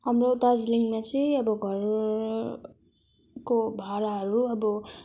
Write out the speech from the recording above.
हाम्रो दार्जिलिङमा चाहिँ अब घरको भाडाहरू अब